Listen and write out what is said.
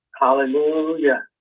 Hallelujah